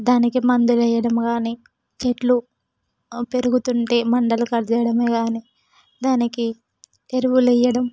దానికి మందులు వేయడం కానీ చెట్లు పెరుగుతుంటే మండలు కట్ చేయడమే కానీ దానికి ఎరువులు వేయడం